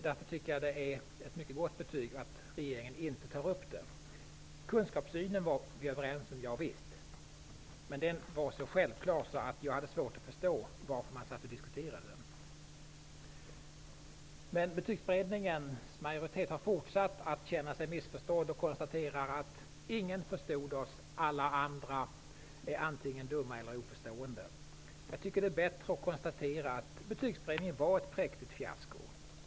Därför är det ett mycket gott betyg att regeringen inte tar upp det. Vi var överens om kunskapssynen, men den var så självklar att jag hade svårt att förstå varför man satt och diskuterade den. Betygsberedningens majoritet har fortsatt att känna sig missförstådd och konstaterar att ingen förstod dem. Alla andra var antingen dumma eller oförstående. Det är bättre att konstatera att Betygsberedningen var ett präktigt fiasko.